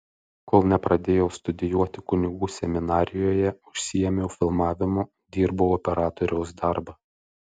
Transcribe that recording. kol nepradėjau studijuoti kunigų seminarijoje užsiėmiau filmavimu dirbau operatoriaus darbą